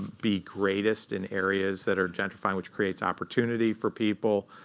be greatest in areas that are gentrifying, which creates opportunity for people.